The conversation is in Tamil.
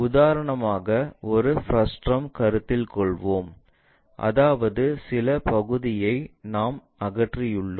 உதாரணமாக ஒரு பிருஷ்டம் கருத்தில் கொள்வோம் அதாவது சில பகுதியை நாங்கள் அகற்றியுள்ளோம்